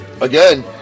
again